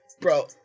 Bro